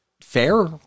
fair